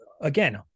again